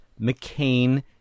McCain